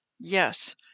Yes